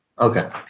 Okay